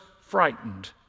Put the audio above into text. frightened